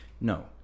No